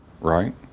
right